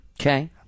Okay